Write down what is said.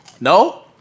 No